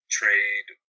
trade